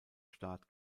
staat